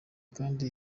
kandi